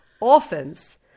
orphans